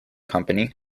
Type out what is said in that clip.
company